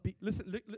listen